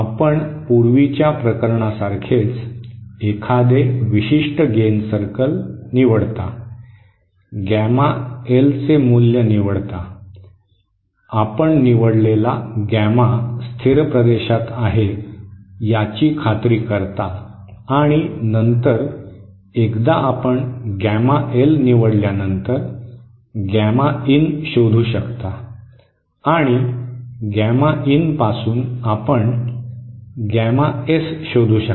आपण पूर्वीच्या प्रकरणासारखेच एखादे विशिष्ट गेन सर्कल निवडता गॅमा एलचे मूल्य निवडता आपण निवडलेला गॅमा स्थिर प्रदेशात आहे याची खात्री करता आणि नंतर एकदा आपण गॅमा एल निवडल्यानंतर गॅमा इन शोधू शकता आणि गॅमा इन पासून आपण गॅमा एस शोधू शकता